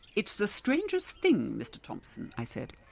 it's the strangest thing, mister thompson, i said,